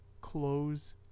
close